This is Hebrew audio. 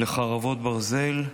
חרבות ברזל)